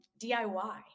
DIY